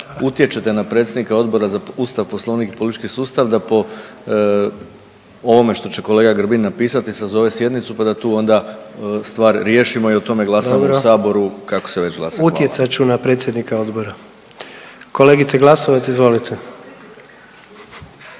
utječete na predsjednika Odbora za Ustav, Poslovnik i politički sustav da po ovome što će kolega Grbin napisati sazove sjednicu pa da tu onda stvar riješimo i o tome glasamo u Saboru kako se već glasa. Hvala. **Jandroković, Gordan (HDZ)** Dobro. Utjecat ću na predsjednika odbora. Kolegice Glasovac, izvolite.